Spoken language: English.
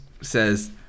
says